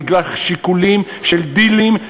בגלל שיקולים של דילים,